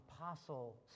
apostle